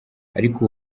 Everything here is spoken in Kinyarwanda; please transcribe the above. ariko